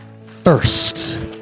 First